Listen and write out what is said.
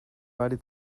beide